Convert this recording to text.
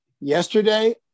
Yesterday